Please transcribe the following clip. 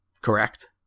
correct